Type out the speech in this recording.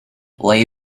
ley